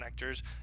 connectors